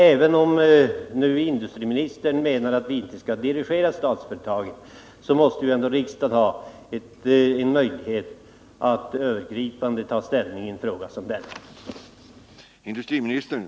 Även om industriministernmenar att vi inte skall dirigera statliga företag, måste riksdagen på ett övergripande sätt kunna ta ställning i en fråga som denna.